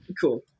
Cool